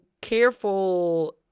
careful